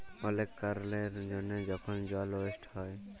অলেক কারলের জ্যনহে যখল জল ওয়েস্ট হ্যয়